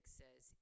says